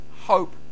hope